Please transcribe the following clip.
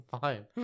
fine